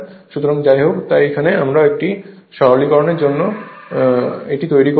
সুতরাং যাইহোক তাই এখানে আমাদের একটি সরলীকরণের জন্য আমরা এটি তৈরি করেছি